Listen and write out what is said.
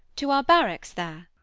to our barracks there.